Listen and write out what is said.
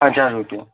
હજાર રૂપિયા